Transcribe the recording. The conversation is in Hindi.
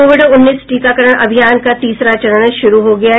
कोविड उन्नीस टीकाकरण अभियान का तीसरा चरण शुरू हो गया है